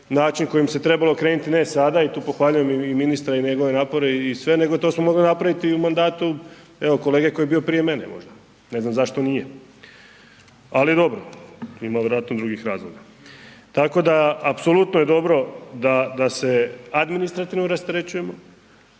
način kojim se trebalo krenuti ne sada i tu pohvaljujem i ministra i njegove napore i sve, nego to smo mogli napraviti u mandatu evo kolege koji je bio prije mene, ne znam što nije, ali dobro ima vjerojatno drugih razloga. Tako da apsolutno je dobro da se administrativno rasterećujemo